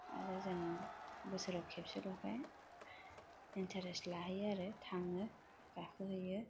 आरो जों बोसोराव खेबसेल'खाय इन्थारेस लाहैयो आरो थाङो गाखोहैयो